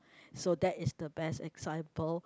so that is the best example